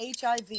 HIV